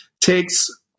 takes